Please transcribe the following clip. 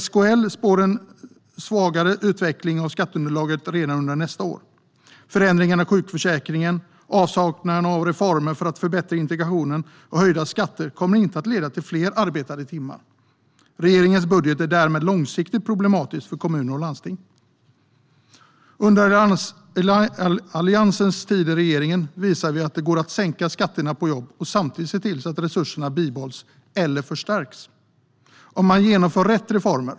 SKL spår en svagare utveckling av skatteunderlaget redan under nästa år. Förändringarna i sjukförsäkringen, avsaknaden av reformer för att förbättra integrationen och höjda skatter kommer inte att leda till fler arbetade timmar. Regeringens budget är därmed långsiktigt problematisk för kommuner och landsting. Under Alliansens tid i regering visade vi att det går att sänka skatterna på jobb och samtidigt se till att resurser bibehålls eller förstärks - om man genomför rätt reformer.